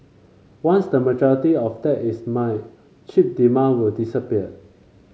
once the majority of that is mined chip demand will disappear